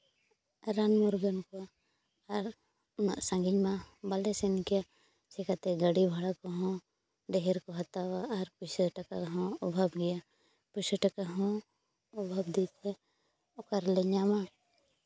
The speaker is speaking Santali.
ᱨᱟᱱ ᱢᱩᱨᱜᱟᱹᱱ ᱠᱚᱜᱼᱟ ᱟᱨ ᱩᱱᱟᱹᱜ ᱥᱟᱺᱜᱤᱧ ᱢᱟ ᱵᱟᱞᱮ ᱥᱮᱱ ᱠᱮᱭᱟ ᱪᱤᱠᱟᱹᱛᱮ ᱜᱟᱹᱰᱤ ᱵᱷᱟᱲᱟ ᱠᱚᱦᱚᱸ ᱰᱷᱮᱨ ᱠᱚ ᱦᱟᱛᱟᱣᱟ ᱟᱨ ᱯᱚᱭᱥᱟ ᱴᱟᱠᱟ ᱦᱚᱸ ᱚᱵᱷᱟᱵᱽ ᱜᱮᱭᱟ ᱯᱚᱭᱥᱟ ᱴᱟᱠᱟ ᱦᱚᱸ ᱚᱵᱷᱟᱵᱽ ᱛᱮᱜᱮ ᱚᱠᱟᱨᱮᱞᱮ ᱧᱟᱢᱟ